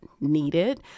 needed